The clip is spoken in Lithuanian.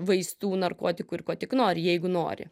vaistų narkotikų ir ko tik nori jeigu nori